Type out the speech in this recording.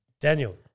Daniel